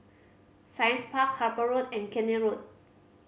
Science Park Harper Road and Keene Road